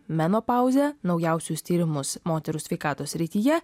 menopauzę naujausius tyrimus moterų sveikatos srityje